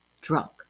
drunk